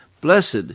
Blessed